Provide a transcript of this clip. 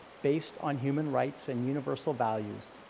based on human rights and universal values,